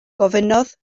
gofynnodd